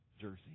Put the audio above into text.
jersey